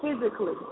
physically